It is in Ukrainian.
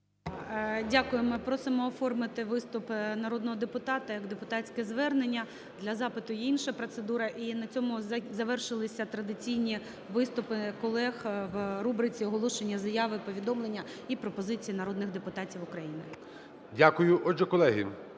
Дякуємо. Просимо оформити виступ народного депутата як депутатське звернення, для запиту є інша процедура. І на цьому завершилися традиційні виступи колег в рубриці "Оголошення заяв і повідомлень, і пропозицій народних депутатів України". Веде